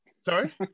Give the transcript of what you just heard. Sorry